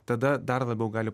tada dar labiau gali